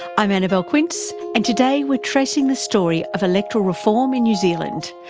i'm annabelle quince and today we're tracing the story of electoral reform in new zealand,